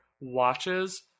watches